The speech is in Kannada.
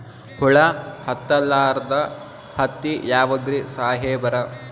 ಹುಳ ಹತ್ತಲಾರ್ದ ಹತ್ತಿ ಯಾವುದ್ರಿ ಸಾಹೇಬರ?